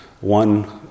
One